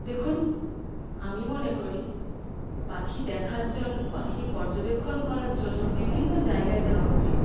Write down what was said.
দেখুন আমি মনে করি পাখি দেখার জন্য পাখি পর্যবেক্ষণ করার জন্য বিভিন্ন জায়গায় যাওয়া উচিত